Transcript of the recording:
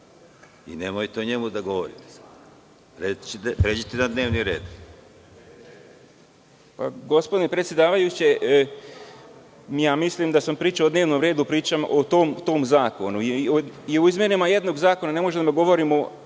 i nemojte o njemu da govorite, već pređite na dnevni red.